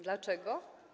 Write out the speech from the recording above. Dlaczego?